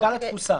בגלל התפוסה.